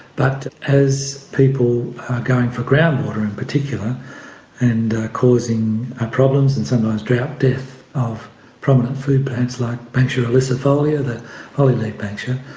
but as people are going for groundwater in particular and causing problems and sometimes drought death of prominent food plants like banksia ilicifolia, the holly-leaved banksia,